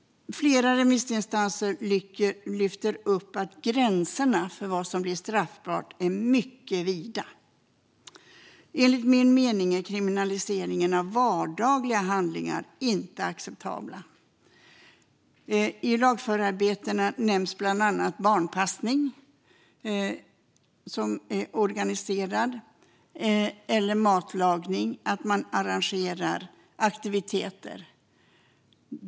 Flera remissinstanser lyfter upp att gränserna för vad som blir straffbart är mycket vida. Enligt min mening är kriminaliseringen av vardagliga handlingar inte acceptabel. I lagförarbetena nämns bland annat organiserad barnpassning, matlagning och arrangerande av aktiviteter.